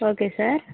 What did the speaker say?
okay sir